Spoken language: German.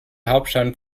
hauptstadt